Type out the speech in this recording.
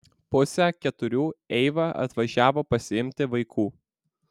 pusę keturių eiva atvažiavo pasiimti vaikų